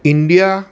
India